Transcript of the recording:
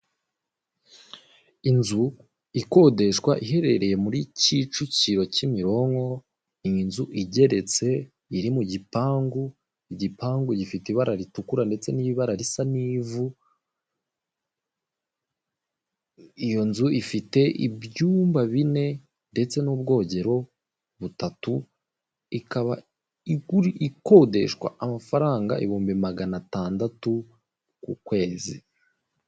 Inzu ikodeshwa iherereye muri kicukiro Kimironko iyizu igeretse iri mu gipangu igipangu gifite ibara ritukura ndetse n'ibara risa n'ivu iyo nzu ifite ibyumba bine ndetse n'ubwogero butatu ikaba ikodeshwa amafaranga ibihumbi magana atandatu ku kwezi.